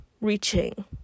reaching